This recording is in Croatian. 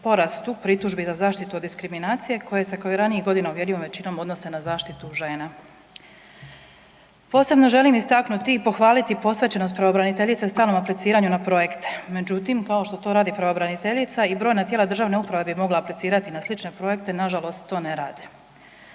pritužbi za zaštitu od diskriminacije koje se kao i ranijih godina uvjerljivom većinom odnose na zaštitu žena. Posebno želim istaknuti i pohvaliti posvećenost pravobraniteljice stalnom apliciranju na projekte. Međutim, kao što to radi pravobraniteljica i brojna tijela državne uprava bi mogla aplicirati na slične projekte, nažalost to ne rade.